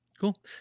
Cool